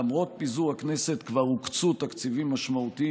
למרות פיזור הכנסת כבר הוקצו תקציבים משמעותיים